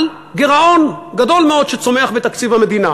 גירעון גדול מאוד שצומח בתקציב המדינה.